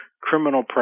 criminal